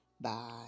Bye